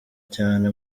cyane